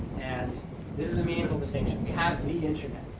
and this is a meaningful distinction. we have the internet.